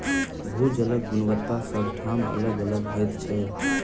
भू जलक गुणवत्ता सभ ठाम अलग अलग होइत छै